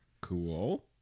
Cool